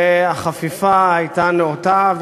והחפיפה הייתה נאותה,